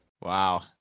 Wow